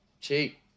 cheap